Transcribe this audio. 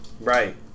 Right